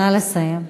נא לסיים.